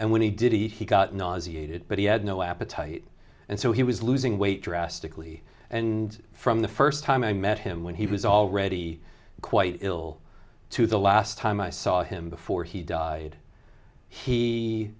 and when he did he he got it but he had no appetite and so he was losing weight drastically and from the first time i met him when he was already quite ill to the last time i saw him before he died he